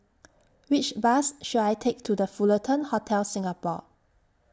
Which Bus should I Take to The Fullerton Hotel Singapore